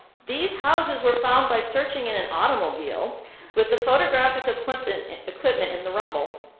these houses were found by searching in an automobile with the photographic equipment equipment in the rumble,